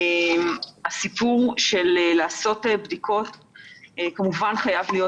הסיפור של עשיית בדיקות כמובן חייב להיות,